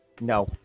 No